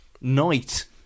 night